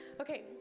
okay